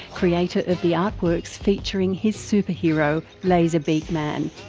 creator of the artworks featuring his superhero, laser beak man.